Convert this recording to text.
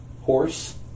Horse